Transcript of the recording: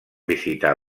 visitar